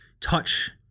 touch